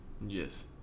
Yes